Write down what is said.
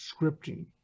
scripting